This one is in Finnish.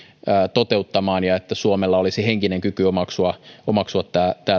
toteuttamaan ja että suomella olisi henkinen kyky omaksua omaksua